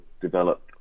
develop